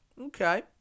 Okay